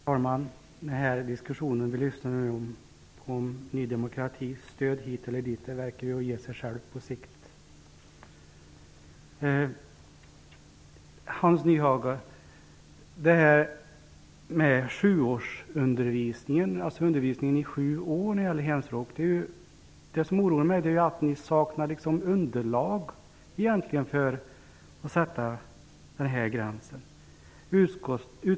Herr talman! Angående diskussionen om Ny demokratis stöd hit eller dit vill jag säga att det ger sig på sikt. Hans Nyhage talar om hemspråksundervisning i sju år. Det som oroar mig är att ni egentligen saknar underlag för att sätta denna gräns.